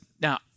now